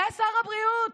זה שר הבריאות.